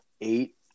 eight